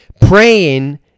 praying